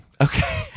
Okay